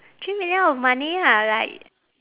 three million of money lah like